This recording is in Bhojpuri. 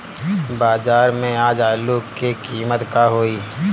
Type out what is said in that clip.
बाजार में आज आलू के कीमत का होई?